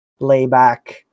layback